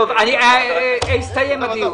הסתיים הדיון.